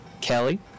Kelly